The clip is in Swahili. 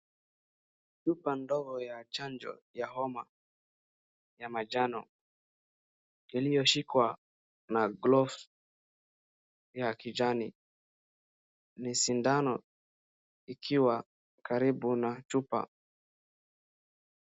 Chupa ndogo ya chanjo ya homa ya majano iliyoshikwa na glovu ya kijani ni sindano ikiwa karibu na chupa.